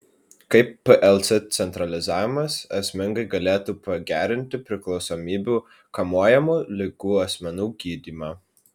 kaip plc centralizavimas esmingai galėtų pagerinti priklausomybių kamuojamų ligų asmenų gydymą